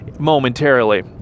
momentarily